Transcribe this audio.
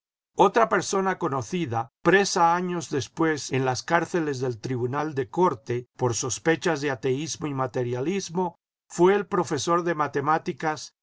otra persona conocida presa años después en las cárceles del tribunal de corte por sospechas de ateísmo y materialismo fué el profesor de matemáticas